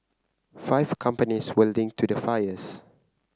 five companies were linked to the fires